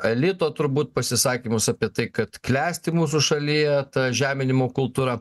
elito turbūt pasisakymus apie tai kad klesti mūsų šalyje ta žeminimo kultūra